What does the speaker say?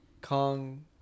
kong